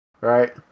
Right